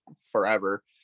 forever